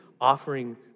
offering